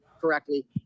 correctly